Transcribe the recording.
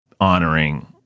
honoring